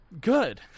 Good